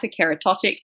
hyperkeratotic